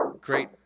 great